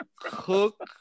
cook